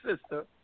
sister